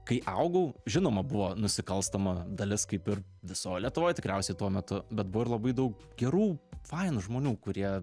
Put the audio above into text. kai augau žinoma buvo nusikalstama dalis kaip ir visoj lietuvoj tikriausiai tuo metu bet buvo ir labai daug gerų fainų žmonių kurie